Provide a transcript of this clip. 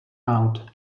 out